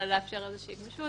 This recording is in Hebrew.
אלא לאפשר איזושהי גמישות,